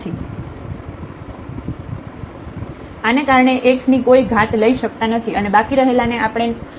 આ ને કારણે આપણે x ની કોઈ ઘાત લઇ શકતા નથી અને બાકી રહેલા ને આપણે ના ટર્મ yx તરીકે લખી શકતા નથી